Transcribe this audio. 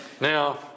Now